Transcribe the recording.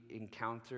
encounter